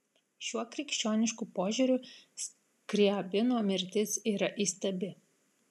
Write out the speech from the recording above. šiuo krikščionišku požiūriu skriabino mirtis yra įstabi